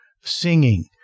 singing